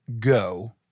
go